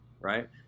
Right